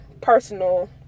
personal